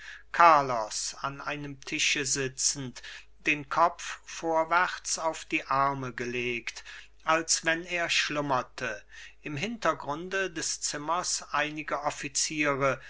carlos an einem tische sitzend den kopf vorwärts auf die arme gelegt als wenn er schlummerte im hintergrunde des zimmers einige